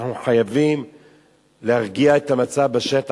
אנחנו חייבים להרגיע את המצב בשטח,